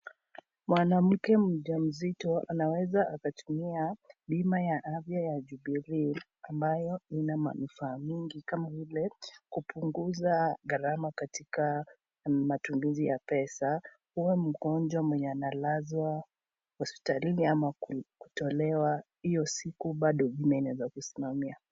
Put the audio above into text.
Mwanamke mjamzito anaweza akatumia bima ya afya ya jubilee ambayo ina mamufaa mingi kama vile kupunguza gharama katika matunduzi ya pesa uwa mgonjwa mwenye analazwa hospitalini ama kutolewa, iyo siku bado bima inaweza kusimamia.